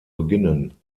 beginnen